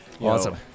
Awesome